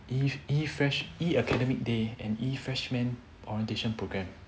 E E fresh E academic day and E freshman orientation programme